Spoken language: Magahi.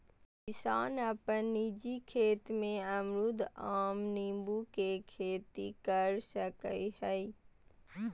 किसान अपन निजी खेत में अमरूद, आम, नींबू के खेती कर सकय हइ